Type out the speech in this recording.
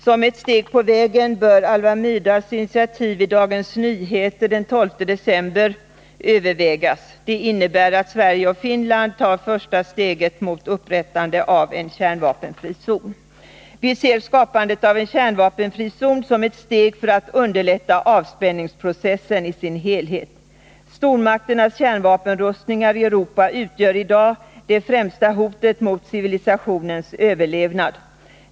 Som ett steg på vägen bör Alva Myrdals initiativ i Dagens Nyheter den 12 december övervägas. Det innebär att Sverige och Finland tar första steget mot upprättandet av en kärnvapenfri zon. Vi ser skapandet av en kärnvapenfri zon som ett steg för att underlätta avspänningsprocessen i dess helhet. Stormakternas kärnvapenrustningar i Europa utgör i dag det främsta hotet mot civilisationens överlevnad.